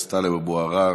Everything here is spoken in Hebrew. טלב אבו עראר,